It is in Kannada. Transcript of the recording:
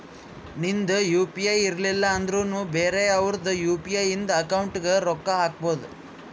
ನಿಂದ್ ಯು ಪಿ ಐ ಇರ್ಲಿಲ್ಲ ಅಂದುರ್ನು ಬೇರೆ ಅವ್ರದ್ ಯು.ಪಿ.ಐ ಇಂದ ಅಕೌಂಟ್ಗ್ ರೊಕ್ಕಾ ಹಾಕ್ಬೋದು